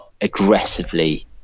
aggressively